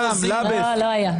הייתה.